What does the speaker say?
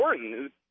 important